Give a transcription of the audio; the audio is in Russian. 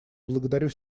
благодарю